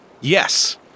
Yes